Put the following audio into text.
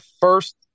first